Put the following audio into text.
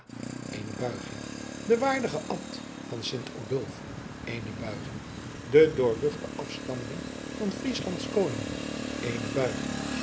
eene buiging den waardigen abt van sint odulf eene buiging den doorluchten afstammeling van frieslands koningen eene buiging